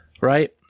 right